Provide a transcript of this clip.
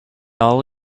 all